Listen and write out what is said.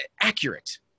accurate